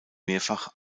mehrfach